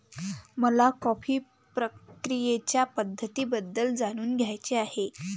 मला कॉफी प्रक्रियेच्या पद्धतींबद्दल जाणून घ्यायचे आहे